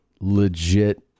legit